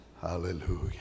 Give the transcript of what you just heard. Hallelujah